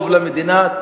טוב למדינה,